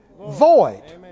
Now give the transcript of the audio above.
void